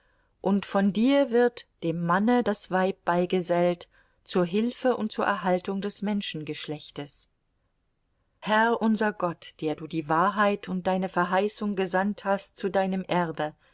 und von dir wird dem manne das weib beigesellt zur hilfe und zur erhaltung des menschengeschlechtes herr unser gott der du die wahrheit und deine verheißung gesandt hast zu deinem erbe